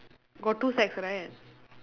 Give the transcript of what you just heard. got two sacks right